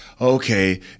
okay